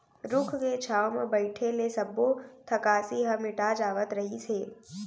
रूख के छांव म बइठे ले सब्बो थकासी ह मिटा जावत रहिस हे